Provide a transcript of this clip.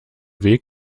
weg